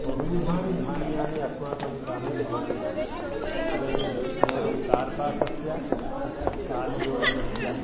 बहुविधानि धान्यानि अस्माकं ग्रामे भवन्ति स्म इदानीं केवलं कार्पासस्य शाल्योदनस्य